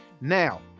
Now